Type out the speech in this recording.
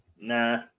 Nah